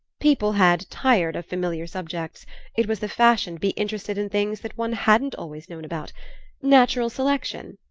people had tired of familiar subjects it was the fashion to be interested in things that one hadn't always known about natural selection,